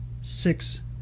six